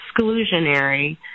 exclusionary